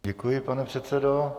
Děkuji, pane předsedo.